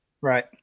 Right